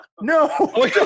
No